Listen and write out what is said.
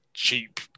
Cheap